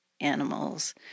animals